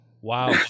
Wow